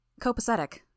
Copacetic